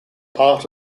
part